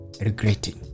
regretting